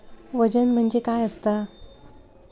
वजन म्हणजे काय असता?